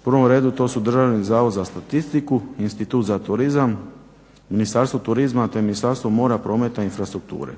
U prvom redu to su DZS, institut za turizam, Ministarstvo turizma te Ministarstvo mora, prometa i infrastrukture.